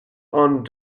aunt